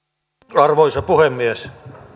arvoisa puhemies